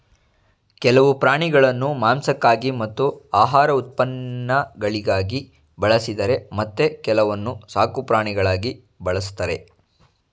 ಕೆಲವು ಪ್ರಾಣಿಗಳನ್ನು ಮಾಂಸಕ್ಕಾಗಿ ಮತ್ತು ಆಹಾರ ಉತ್ಪನ್ನಗಳಿಗಾಗಿ ಬಳಸಿದರೆ ಮತ್ತೆ ಕೆಲವನ್ನು ಸಾಕುಪ್ರಾಣಿಗಳಾಗಿ ಬಳ್ಸತ್ತರೆ